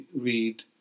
read